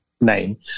name